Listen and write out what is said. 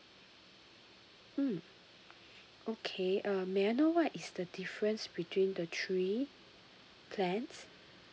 mm okay um may I know what is the difference between the three plans